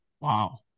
Wow